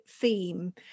theme